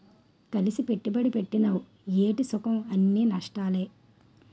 కలిసి పెట్టుబడి పెట్టినవ్ ఏటి సుఖంఅన్నీ నష్టాలే